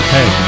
Hey